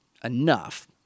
Enough